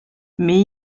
mais